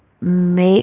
make